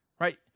Right